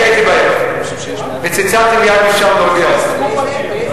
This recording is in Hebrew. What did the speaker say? אני הייתי בערב וצלצלתי מייד משם, איזה ערב?